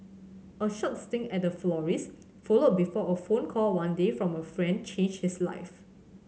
a short stint at a florist's followed before a phone call one day from a friend changed his life